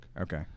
Okay